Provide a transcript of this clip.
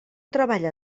treballa